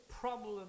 problem